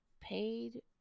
paid